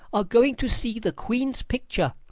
are going to see the queen's picture.